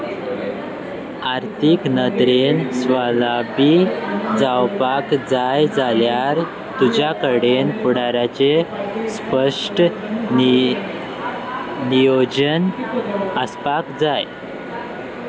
आर्थीक नदरेन स्वावलंबी जावपाक जाय जाल्यार तुज्या कडेन फुडाराचें स्पश्ट नियोजन आसपाक जाय